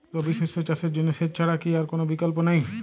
রবি শস্য চাষের জন্য সেচ ছাড়া কি আর কোন বিকল্প নেই?